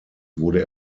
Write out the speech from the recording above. wurde